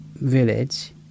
village